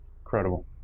Incredible